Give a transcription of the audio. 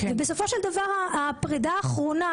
בסופו של דבר הפרידה האחרונה,